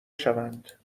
شوند